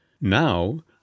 Now